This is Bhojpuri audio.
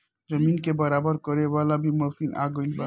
जमीन के बराबर करे वाला भी मशीन आ गएल बा